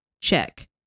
check